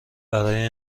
برای